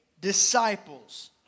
disciples